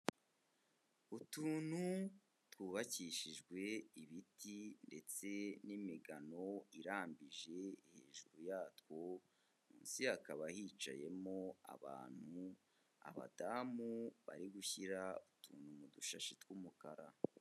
Utuntu twubakishijwe ibiti ndetse n'imigano irambije hejuru yatwo, munsi hakaba yicayemo abantu, abadamu bari gushyira utuntu mu dushashi tw'umukara .